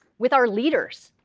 with our leaders.